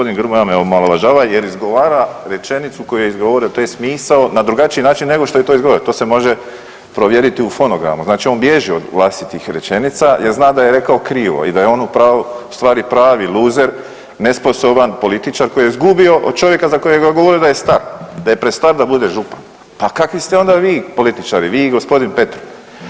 Čl. 238., g. Grmoja me omalovažava jer izgovara rečenicu koju je izgovorio tj. misao na drugačiji način nego što je to izgovorio, to se može provjeriti u fonogramu, znači od bježi od vlastitih rečenica jer zna da je rekao krivo i da je on u pravu u stvari pravi luzer, nesposoban političar koji je izgubio od čovjeka za kojega govori da je star, da je prestar da bude župan, pa kakvi ste vi onda političari, vi i g. Petrov?